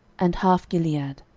and half gilead,